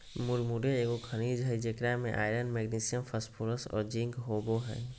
मुरमुरे एगो खनिज हइ जेकरा में आयरन, मैग्नीशियम, फास्फोरस और जिंक होबो हइ